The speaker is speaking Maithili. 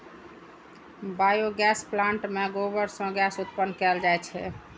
बायोगैस प्लांट मे गोबर सं गैस उत्पन्न कैल जाइ छै